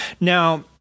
Now